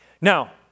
Now